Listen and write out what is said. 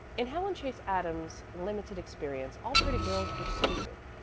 in helen chase adams's limited experience all pretty girls were stupid.